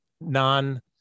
non